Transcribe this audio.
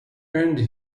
earned